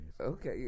Okay